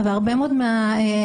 הרבה מאוד מהאמירות,